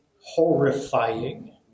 horrifying